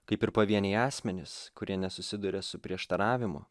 kaip ir pavieniai asmenys kurie nesusiduria su prieštaravimu